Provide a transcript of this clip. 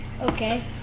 Okay